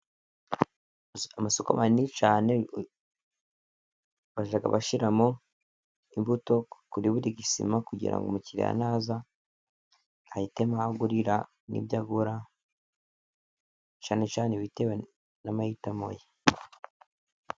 Amasoko manini cyane bajya bashyiramo imbuto kuri buri gisima, kugira ngo umukiriya naza ahitemo aho agurira n'byo agura, cyane cyane bitewe n'amahitamo ye.